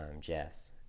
Jess